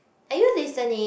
are you listening